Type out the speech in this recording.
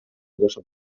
жашап